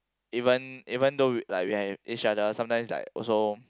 even even though like we have each other sometimes it's like also